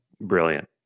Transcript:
brilliant